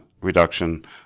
reduction